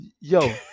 Yo